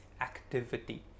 activity